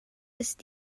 ist